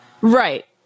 Right